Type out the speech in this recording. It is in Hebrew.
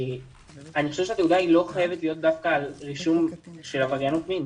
אני חושב שהתעודה לא חייבת להיות דווקא על רישום של עבריינות מין,